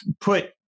put